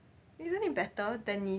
isn't it better than